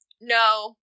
no